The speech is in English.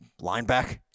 Lineback